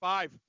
Five